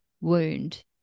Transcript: wound